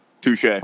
Touche